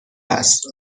است